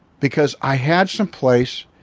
because i had someplace